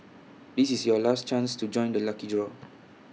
this is your last chance to join the lucky draw